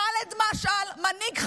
חאלד משעל, מנהיג חמאס,